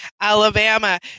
Alabama